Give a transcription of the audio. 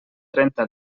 trenta